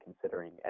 considering